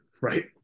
right